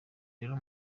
rero